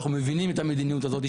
אנחנו מבינים את המדיניות הזאת,